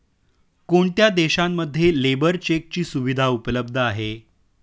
कोणत्या देशांमध्ये लेबर चेकची सुविधा उपलब्ध आहे?